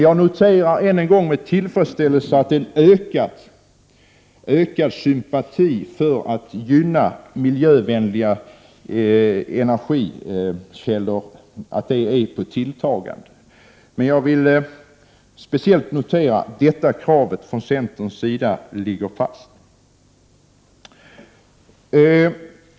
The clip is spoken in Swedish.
Jag noterar än en gång med tillfredsställelse att sympatin för att gynna miljövänliga energikällor är i tilltagande, men jag vill speciellt notera att detta krav från centern ligger fast.